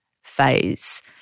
phase